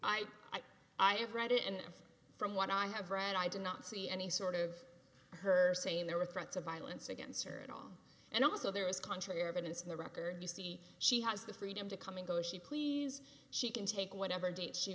course i i have read it and from what i have read i do not see any sort of her saying there were threats of violence against her at all and also there is contrariness in the record you see she has the freedom to come and go she please she can take whatever